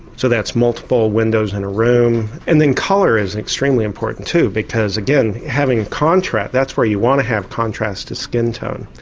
so that's multiple windows in a room. and then colour is extremely important too, because again, having contrast, that's where you want to have contrast is skin tone.